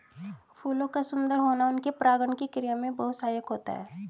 फूलों का सुंदर होना उनके परागण की क्रिया में बहुत सहायक होता है